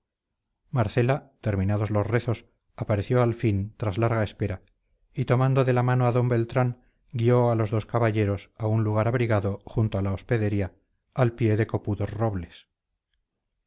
marcela terminados los rezos apareció al fin tras larga espera y tomando de la mano a d beltrán guió a los dos caballeros a un lugar abrigado junto a la hospedería al pie de copudos robles